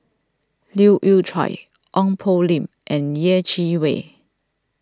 Leu Yew Chye Ong Poh Lim and Yeh Chi Wei